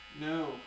no